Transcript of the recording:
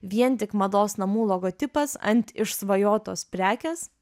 vien tik mados namų logotipas ant išsvajotos prekės